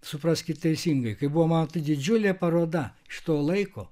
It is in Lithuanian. supraskit teisingai kai buvo mano ta didžiulė paroda iš to laiko